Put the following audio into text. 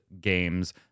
games